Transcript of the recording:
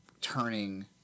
turning